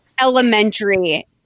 elementary